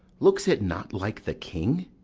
looks it not like the king?